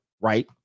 right